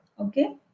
Okay